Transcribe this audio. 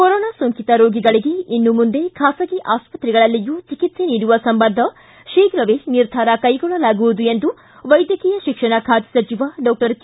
corona ಸೋಂಕಿತ ರೋಗಿಗಳಿಗೆ ಇನ್ನು ಮುಂದೆ ಖಾಸಗಿ ಆಸ್ಪತ್ರೆಗಳಲ್ಲಿಯೂ ಚಿಕಿತ್ವೆ ನೀಡುವ ಸಂಬಂಧ ಶೀಘವೇ ನಿರ್ಧಾರ ಕೈಗೊಳ್ಳಲಾಗುವುದು ಎಂದು ವೈದ್ಯಕೀಯ ಶಿಕ್ಷಣ ಖಾತೆ ಸಚಿವ ಡಾಕ್ಟರ್ ಕೆ